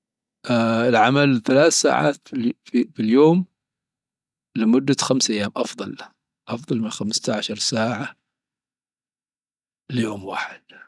آه، العمل ثلاث ساعات في اليوم لمدة أيام أفضل. أفضل من خمستعشر ساعة في يوم واحد.